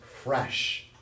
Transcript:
fresh